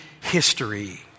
history